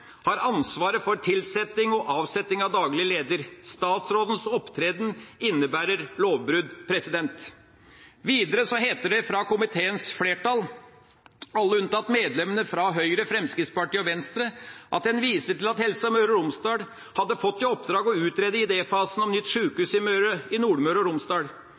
har ansvaret for tilsetting og avsetting av daglig leder. Statsrådens opptreden innebærer lovbrudd. Videre viser komiteens flertall, alle unntatt medlemmene fra Høyre, Fremskrittspartiet og Venstre, til at Helse Møre og Romsdal hadde fått i oppdrag å utrede idéfasen om nytt sykehus i Nordmøre og Romsdal.